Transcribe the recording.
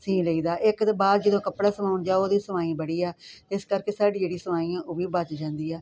ਸੀਂ ਲਈ ਦਾ ਇੱਕ ਤੇ ਬਾਹਰ ਜਦੋਂ ਕੱਪੜਾ ਸਵਾਉਣ ਜਾਓ ਉਹਦੀ ਸੁਵਾਈ ਬੜੀ ਆ ਇਸ ਕਰਕੇ ਸਾਡੀ ਜਿਹੜੀ ਸੁਵਾਈ ਐ ਉਹ ਵੀ ਬੱਚ ਜਾਂਦੀ ਹੈ